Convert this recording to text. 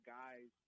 guys